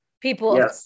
people